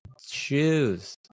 shoes